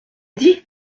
dit